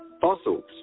Fossils